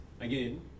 Again